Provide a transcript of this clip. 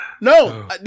No